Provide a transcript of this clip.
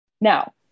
Now